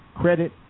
credit